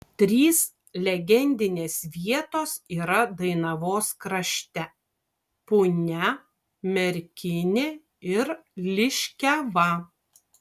trys legendinės vietos yra dainavos krašte punia merkinė ir liškiava